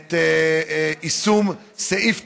את יישום סעיף 98,